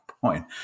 point